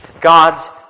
God's